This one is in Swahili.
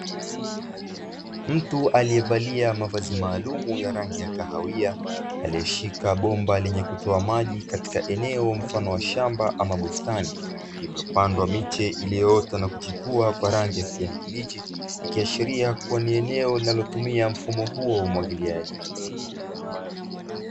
Mtu aliyevalia mavazi maalumu ya rangi ya kahawia. Aliyeshika bomba lenye kutoa maji katika eneo mfano wa shamba ama bustani, iliyopandwa miche iliyoota na kuchipua kwa rangi ya kijani kibichi. Ikiashiria kuwa ni eneo linalotumia mfumo huo wa umwagiliaji.